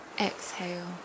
exhale